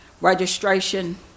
registration